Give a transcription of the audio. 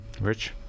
Rich